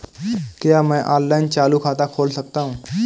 क्या मैं ऑनलाइन चालू खाता खोल सकता हूँ?